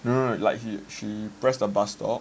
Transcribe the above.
so the passerby invite like